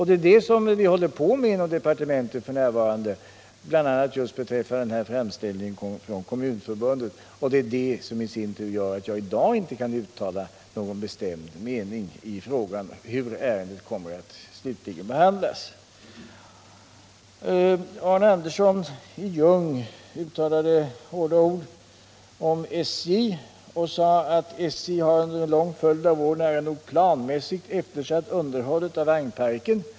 Det är det vi håller på med inom departementet f. n., bl.a. just beträffande framställningen från Kommunalförbundet. Det i sin tur gör att jag i dag inte kan uttala någon bestämd mening i frågan hur ärendet slutligen kommer att behandlas. Arne Andersson i Ljung uttalade några ord om SJ. Han sade, att SJ under en lång följd av år nära nog planmässigt eftersatt underhållet av vagnparken.